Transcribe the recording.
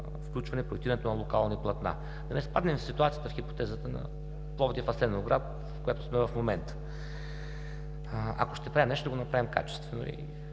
включване проектирането на локални платна. Да не изпаднем в ситуацията, в хипотезата на Пловдив – Асеновград, в която сме в момента. Ако ще правим нещо, да го направим качествено и,